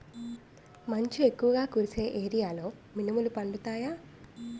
మంచు ఎక్కువుగా కురిసే ఏరియాలో మినుములు పండుతాయా?